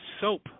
soap